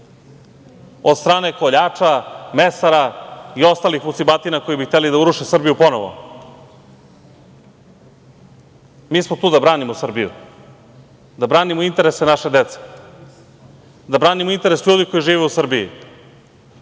od strane koljača, mesara i ostalih vucibatina koje bi htele da uruše Srbiju ponovo. Mi smo tu da branimo Srbiju, da branimo interese naše dece, da branimo interese ljudi koji žive u Srbiji,